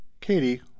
Katie